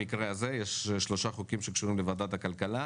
במקרה הזה יש שלוש הצעות חוק שקשורות לוועדת הכלכלה.